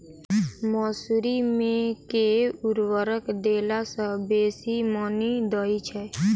मसूरी मे केँ उर्वरक देला सऽ बेसी मॉनी दइ छै?